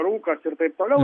rūkas ir taip toliau